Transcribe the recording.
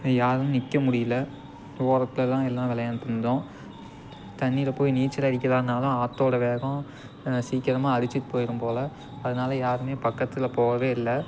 யாரும் நிற்க முடியல ஓரத்தில் தான் எல்லாம் விளையாண்டுட்ருந்தோம் தண்ணியில் போய் நீச்சல் அடிக்கலான்னாலும் ஆற்றோட வேகம் சீக்கிரமாக அடித்துட்டு போயிடும் போல அதனால யாருமே பக்கத்தில் போகவே இல்லை